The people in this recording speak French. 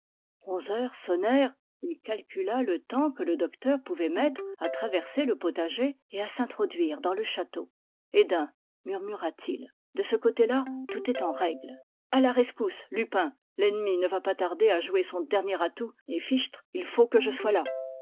onze heures sonnèrent il calcula le temps que le docteur pouvait mettre à traverser le potager et à s'introduire dans le château et d'un murmura-t-il de ce côté-là tout est en règle à la rescousse lupin l'ennemi ne va pas tarder à jouer son dernier atout et fichtre il faut que je sois là